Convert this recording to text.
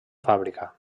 fàbrica